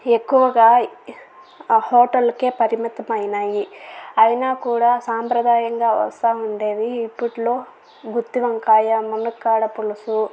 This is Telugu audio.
ఎక్కువగా ఆ హోటల్ కే పరిమితమైనాయి అయినా కూడా సంప్రదాయంగా వస్తూ ఉండేవి ఇప్పుట్లో గుత్తి వంకాయ మునక్కాడ పులుసు